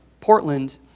Portland